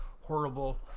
horrible